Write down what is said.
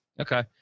Okay